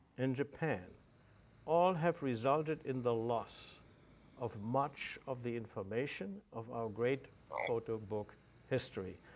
and japan all have resulted in the loss of much of the information of our great photo book history,